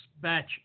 batch